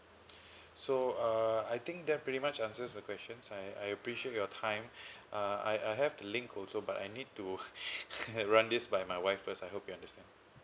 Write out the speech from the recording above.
so uh I think that pretty much answers the question I I appreciate your time uh I I have the link also but I need to run this by my wife first I hope you understand